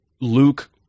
Luke